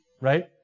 Right